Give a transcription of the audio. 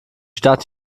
stadt